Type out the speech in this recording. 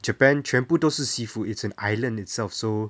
japan 全部都是 seafood it's an island itself so